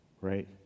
right